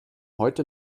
heute